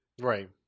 Right